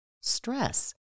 Stress